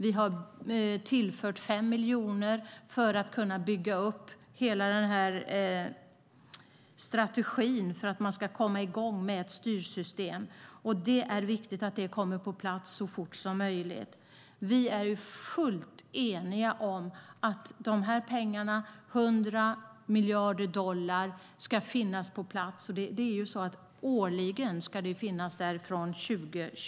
Vi har tillfört 5 miljoner för att man ska kunna bygga upp en strategi för att komma i gång med ett styrsystem. Det är viktigt att det kommer på plats så fort som möjligt. Vi är fullt eniga om att dessa pengar, 100 miljarder dollar, ska finnas på plats. De ska finnas där årligen från 2020.